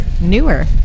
newer